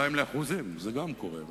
דו-שנתי במובן שמישהו מתכוון אליו.